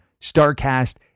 StarCast